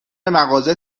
مغازه